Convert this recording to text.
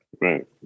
Right